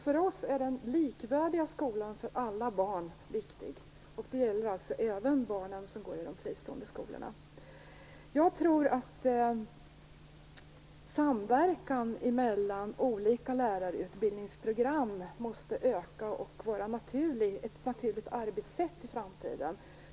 För oss är den likvärdiga skolan för alla barn viktig, och det gäller alltså även de barn som går i de fristående skolorna. Jag tror att samverkan mellan olika lärarutbildningsprogram måste öka och vara ett naturligt arbetssätt i framtiden.